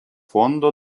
fondo